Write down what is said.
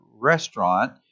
restaurant